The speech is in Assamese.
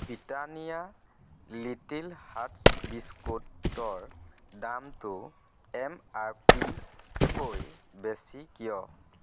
ব্ৰিটানিয়া লিটিল হাৰ্টছ বিস্কুটৰ দামটো এম আৰ পিতকৈ বেছি কিয়